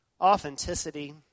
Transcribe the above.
authenticity